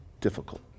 difficult